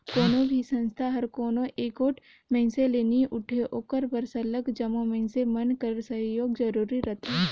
कोनो भी संस्था हर कोनो एगोट मइनसे ले नी उठे ओकर बर सरलग जम्मो मइनसे मन कर सहयोग जरूरी रहथे